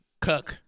Cuck